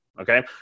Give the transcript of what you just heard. Okay